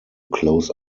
close